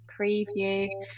preview